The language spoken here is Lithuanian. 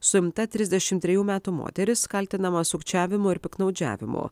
suimta trisdešim trejų metų moteris kaltinama sukčiavimu ir piktnaudžiavimu